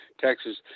Texas